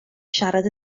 siarad